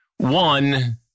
One